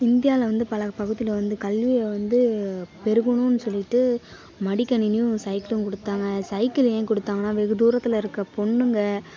இந்தியாவில் வந்து பல பகுதியில் வந்து கல்வியை வந்து பெருகுணுன்னு சொல்லிகிட்டு மடிக்கணினியும் சைக்கிளும் கொடுத்தாங்க சைக்கிள் ஏன் கொடுத்தாங்கன்னா வெகு தூரத்தில் இருக்கிற பொண்ணுங்க